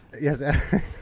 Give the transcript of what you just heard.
Yes